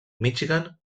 michigan